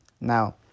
Now